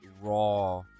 raw